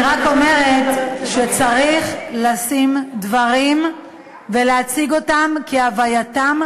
אני רק אומרת שצריך לשים דברים ולהציג אותם כהווייתם,